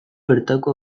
bertako